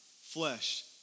flesh